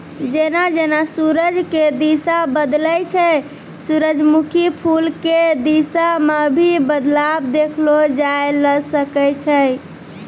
जेना जेना सूरज के दिशा बदलै छै सूरजमुखी फूल के दिशा मॅ भी बदलाव देखलो जाय ल सकै छै